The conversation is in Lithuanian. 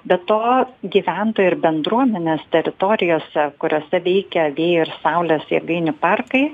be to gyventojai ir bendruomenės teritorijose kuriose veikia vėjo ir saulės jėgainių parkai